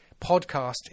podcast